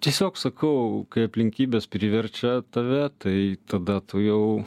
tiesiog sakau kai aplinkybės priverčia tave tai tada tu jau